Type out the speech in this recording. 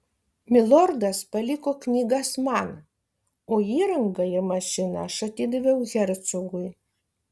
milordas paliko knygas man o įrangą ir mašiną aš atidaviau hercogui